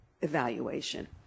evaluation